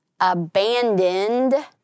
abandoned